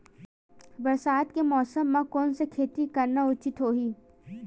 बरसात के मौसम म कोन से खेती करना उचित होही?